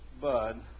Bud